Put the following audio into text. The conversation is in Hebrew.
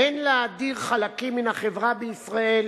אין להדיר חלקים מן החברה בישראל,